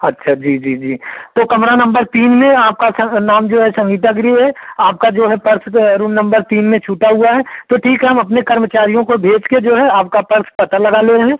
अच्छा जी जी जी तो कमरा नंबर तीन में आपका नाम जो है संगीता गिरी है आपका जो है पर्स रूम नंबर तीन में छूटा हुआ है तो ठीक है हम अपने कर्मचारियों को भेज के जो है आपका पर्स पता लगा ले रहें